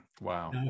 Wow